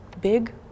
big